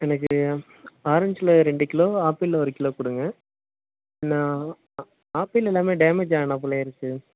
எனக்கு ஆரஞ்சில் ரெண்டு கிலோ ஆப்பிளில் ஒரு கிலோ கொடுங்க நான் ஆப்பிள் எல்லாமே டேமேஜ் ஆன போல் இருக்கு